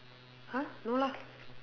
!huh! no lah